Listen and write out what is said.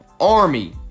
Army